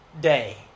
day